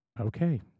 Okay